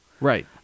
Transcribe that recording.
Right